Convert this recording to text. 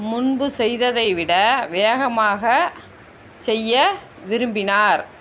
முன்பு செய்ததை விட வேகமாக செய்ய விரும்பினார்